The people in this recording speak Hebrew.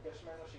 הממשלה.